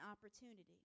opportunity